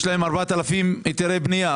יש להם 4,000 היתרי בנייה,